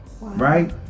right